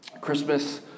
Christmas